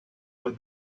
where